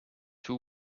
two